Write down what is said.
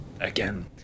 again